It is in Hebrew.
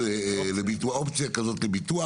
אופציה כזאת לביטוח,